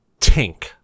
tink